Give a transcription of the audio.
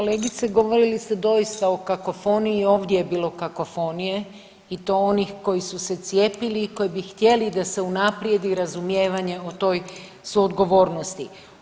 Kolegice, govorili ste doista o kakofoniji, ovdje je bilo kakofonije i to onih koji su se cijepili i koji bi htjeli da se unaprijedi razumijevanje o toj suodgovornosti.